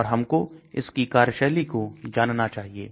और हमको इस की कार्यशैली को जानना चाहिए